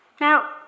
Now